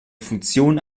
funktion